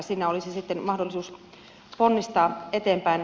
siinä olisi sitten mahdollisuus ponnistaa eteenpäin